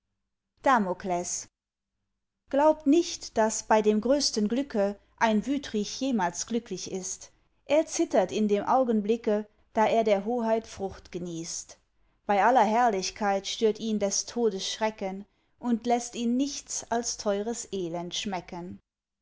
damokles gaubt nicht daß bei dem größten glücke ein wütrich jemals glücklich ist er zittert in dem augenblicke da er der hoheit frucht genießt bei aller herrlichkeit stört ihn des todes schrecken und läßt ihn nichts als teures elend schmecken